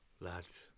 Lads